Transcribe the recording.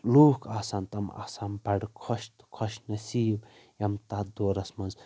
لوٗکھ آسن تم آسن بڑٕ خۄش تہٕ خۄش نصیٖب یم تتھ دورس منٛز